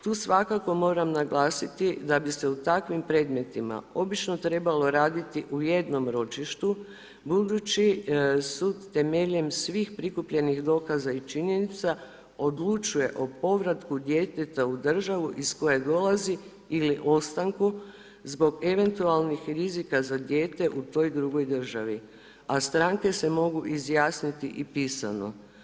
Tu svakako moram naglasiti, da bi se u takvim predmetima, obično trebalo raditi u jednom ročištu, budući da sud, temeljem svih prikupljenih dokaza i činjenica odlučuje o povratku djeteta u državu iz kojih dolazi ili ostanku zbog eventualnih rizika za dijete u toj drugoj državi, a stranke se mogu izjasniti i pisano.